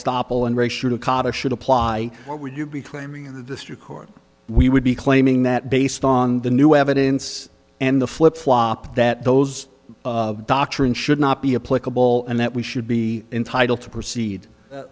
estoppel and ray should have caught a should apply what would you be claiming in the district court we would be claiming that based on the new evidence and the flip flop that those doctrine should not be a political and that we should be entitled to proceed